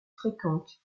fréquente